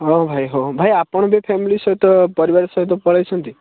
ହଉ ଭାଇ ହଉ ଭାଇ ଆପଣ ବି ଫ୍ୟାମିଲି ସହିତ ପରିବାର ସହିତ ପଳେଇଛନ୍ତି